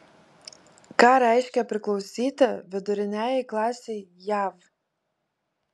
ką reiškia priklausyti viduriniajai klasei jav